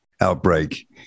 outbreak